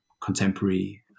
contemporary